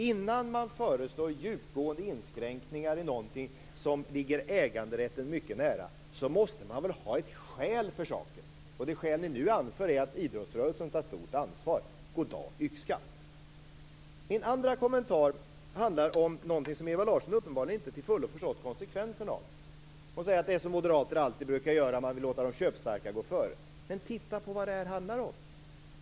Innan man föreslår djupgående inskränkningar i någonting som ligger äganderätten mycket nära måste man väl ha ett skäl för saken. Det skäl ni nu anför är att idrottsrörelsen tar stort ansvar. Goddag, yxskaft! Min andra kommentar handlar om någonting som Ewa Larsson uppenbarligen inte till fullo har förstått konsekvenserna av. Hon säger att det är som moderater alltid brukar göra, man vill låta de köpstarka gå före. Men titta på vad det här handlar om!